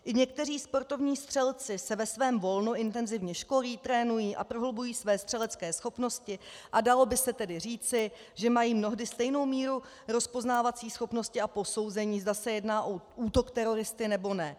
I někteří sportovní střelci se ve svém volnu intenzivně školí, trénují a prohlubují své střelecké schopnosti a dalo by se tedy říci, že mají mnohdy stejnou míru rozpoznávací schopnosti a posouzení, zda se jedná o útok teroristy, nebo ne.